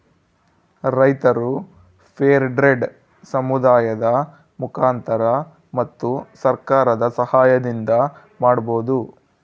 ರೈತರು fair trade ಸಮುದಾಯದ ಮುಖಾಂತರ ಮತ್ತು ಸರ್ಕಾರದ ಸಾಹಯದಿಂದ ಮಾಡ್ಬೋದು